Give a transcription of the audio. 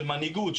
של מנהיגות,